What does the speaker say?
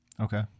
Okay